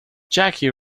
jackie